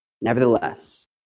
Nevertheless